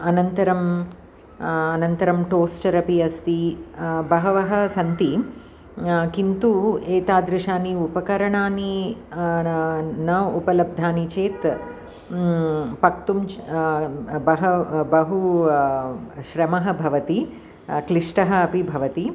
अनन्तरं अनन्तरं टोस्टर् अपि अस्ति बहवः सन्ति किन्तु एतादृशानि उपकरणानि न न उपलब्धानि चेत् पक्तुं च् बहवः बहु श्रमः भवति क्लिष्टः अपि भवति